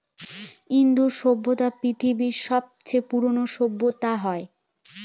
ইন্দু সভ্য পৃথিবীর সবচেয়ে পুরোনো সভ্যতা হয়